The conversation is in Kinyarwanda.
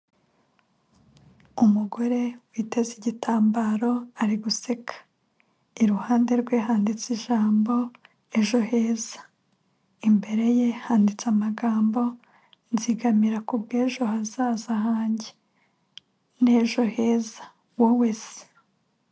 Umugore witeze igitambaro ari guseka, iruhande rwe handitse ijambo ejo heza, imbere ye handitse amagambo nzigamira ku bw'ejo hazaza hanjye na ejo heza wowe se?